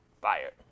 fired